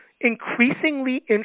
increasingly